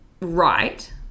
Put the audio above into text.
right